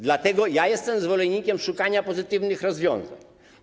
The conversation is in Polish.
Dlatego ja jestem zwolennikiem szukania pozytywnych rozwiązań.